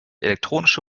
elektronische